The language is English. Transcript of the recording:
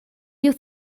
you